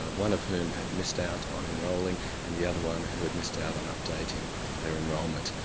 one of whom had missed out on enrolling and the other one who had missed out on updating their enrollment.